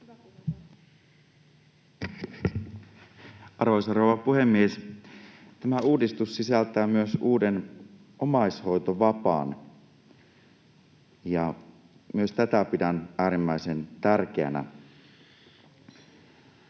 Arvoisa rouva puhemies! Tämä uudistus sisältää myös uuden omaishoitovapaan, ja myös tätä pidän äärimmäisen tärkeänä,